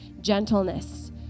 gentleness